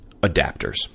adapters